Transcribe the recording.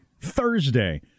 Thursday